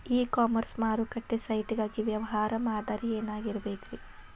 E commerce ಮಾರುಕಟ್ಟೆ site ಗಾಗಿ ವ್ಯವಹಾರ ಮಾದರಿ ಏನಾಗಿರಬೇಕ್ರಿ?